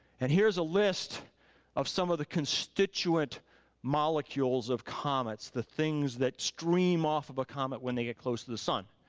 and here's a list of some of the constituent molecules of comets, the things that stream off of a comet when they get close to the sun.